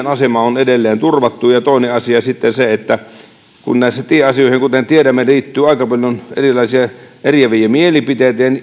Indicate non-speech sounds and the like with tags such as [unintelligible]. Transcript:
[unintelligible] asema on edelleen turvattu ja ja toinen asia sitten näihin tieasioihin kuten tiedämme liittyy aika paljon erilaisia eriäviä mielipiteitä